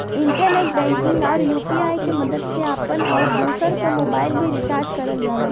internet banking आउर UPI के मदद से आपन आउर दूसरे क मोबाइल भी रिचार्ज करल जाला